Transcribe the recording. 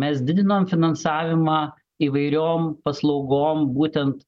mes didinom finansavimą įvairiom paslaugom būtent